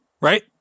right